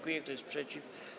Kto jest przeciw?